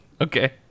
Okay